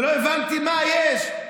ולא הבנתי מה יש.